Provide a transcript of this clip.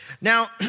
Now